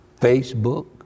Facebook